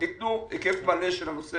התקצוב, היקף מלא של הנושא